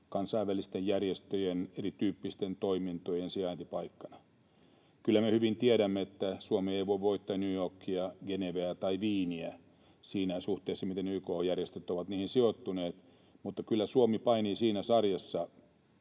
kansainvälisten järjestöjen erityyppisten toimintojen sijaintipaikkana. Kyllä me hyvin tiedämme, että Suomi ei voi voittaa New Yorkia, Geneveä tai Wieniä siinä suhteessa, miten YK-järjestöt ovat niihin sijoittuneet, mutta kyllä Suomi kehitystasollaan